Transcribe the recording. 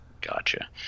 Gotcha